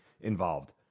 involved